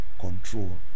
control